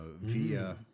via